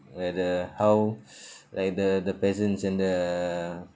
like the how like the the peasants and the